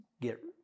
get